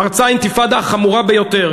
פרצה האינתיפאדה החמורה ביותר,